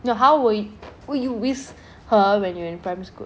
no how we were you with her when you were in primary school